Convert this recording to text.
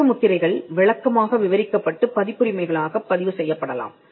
வர்த்தக முத்திரைகள் விளக்கமாக விவரிக்கப்பட்டு பதிப்புரிமைகளாகப் பதிவு செய்யப்படலாம்